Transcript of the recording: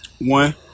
One